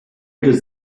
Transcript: does